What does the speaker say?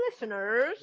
listeners